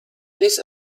this